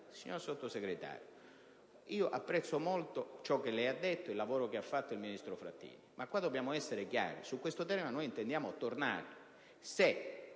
Signor Sottosegretario, apprezzo molto ciò che lei ha detto e il lavoro svolto dal ministro Frattini, ma dobbiamo essere chiari, e noi intendiamo tornare